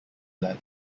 blood